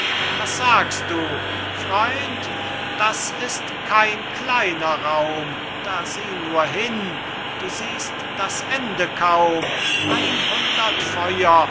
was sagst du freund das ist kein kleiner raum da sieh nur hin du siehst das ende kaum ein hundert feuer